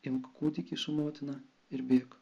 imk kūdikį su motina ir bėk